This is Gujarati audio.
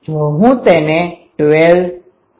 જો હું તેને 12 0